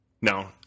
No